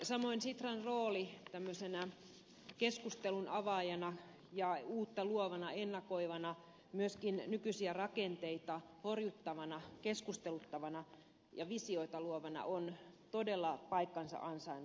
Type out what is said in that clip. samoin sitran rooli tämmöisenä keskustelun avaajana ja uutta luovana ennakoivana myöskin nykyisiä rakenteita horjuttavana keskusteluttavana ja visioita luovana tahona on todella paikkansa ansainnut